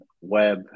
web